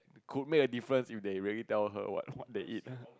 could make a difference if they really tell her what what they eat